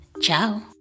Ciao